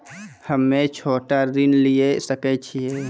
हम्मे छोटा ऋण लिये सकय छियै?